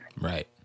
Right